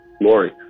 Lori